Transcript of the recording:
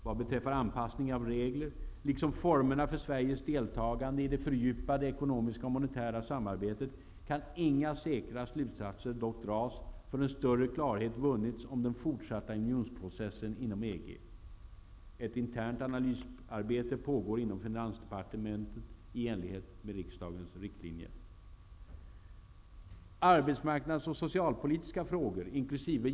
Vad beträffar anpassning av regler liksom formerna för Sveriges deltagande i det fördjupade ekonomiska och monetära samarbetet kan inga säkra slutsatser dock dras förrän större klarhet vunnits om den fortsatta unionsprocessen inom EG. Ett internt analysarbete pågår inom finansdepartementet i enlighet med riksdagens riktlinjer. Arbetsmarknads och socialpolitiska frågor inkl.